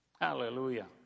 Hallelujah